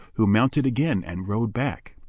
who mounted again and rode back.